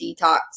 detox